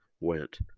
went